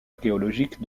archéologiques